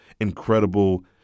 incredible